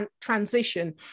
transition